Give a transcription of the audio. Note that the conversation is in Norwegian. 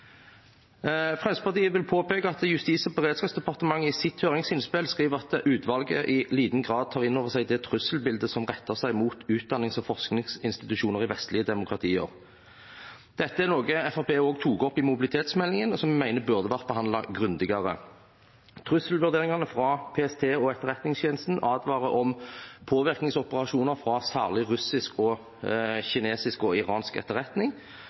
Fremskrittspartiet vil påpeke at Justis- og beredskapsdepartementet i sitt høringsinnspill skriver at utvalget i liten grad tar inn over seg det trusselbildet som retter seg mot utdannings- og forskningsinstitusjoner i vestlige demokratier. Dette er noe Fremskrittspartiet også tok opp i mobilitetsmeldingen, og som vi mener burde vært behandlet grundigere. Trusselvurderingene fra PST og Etterretningstjenesten advarer om påvirkningsoperasjoner fra særlig russisk, kinesisk og iransk etterretning.